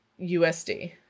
USD